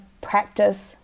practice